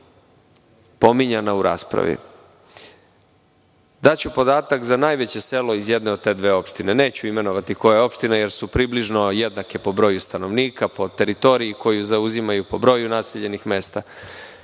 pominjana u raspravi. Daću podatak za najveće selo iz jedne od te dve opštine. Neću imenovati koje opštine, jer su približno jednake po broju stanovnika, po teritoriji koju zauzimaju, po broju naseljenih mesta.